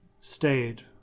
stayed